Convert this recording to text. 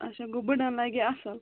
اچھا گوٚو بٕڈن لَگہِ یہِ اصٕل